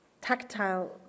tactile